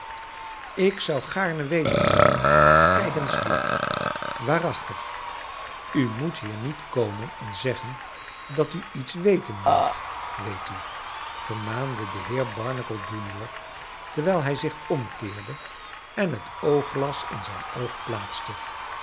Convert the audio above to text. ik zou gaarne weten kijk eens hier waarachtig u moet hier niet komen en zeggen dat u iets weten wilt weet u vermaande de heer barnacle junior terwijl hij zich omkeerde en het oogglas in zijn oog plaatste